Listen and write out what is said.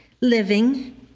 living